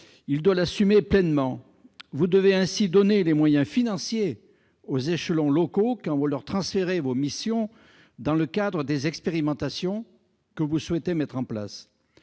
doit assumer pleinement. Vous devez ainsi donner les moyens financiers nécessaires aux échelons locaux quand vous leur transférez des missions dans le cadre des expérimentations que vous souhaitez mettre en place.